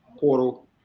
portal